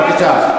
בבקשה.